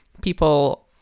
people